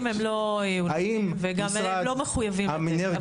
האם משרד האנרגיה,